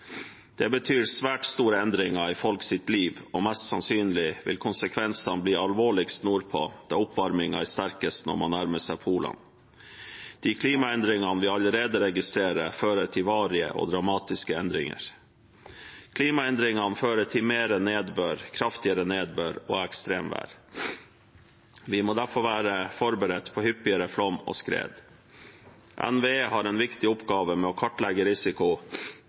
Det betyr svært store endringer i folks liv. Mest sannsynlig vil konsekvensene bli alvorligst nordpå, da oppvarmingen er sterkest når man nærmer seg polene. De klimaendringene vi allerede registrerer, fører til varige og dramatiske endringer. Klimaendringene fører til mer nedbør, kraftigere nedbør og ekstremvær. Vi må derfor være forberedt på hyppigere flom og skred. NVE har en viktig oppgave med å kartlegge risiko